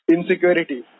Insecurity